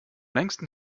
längsten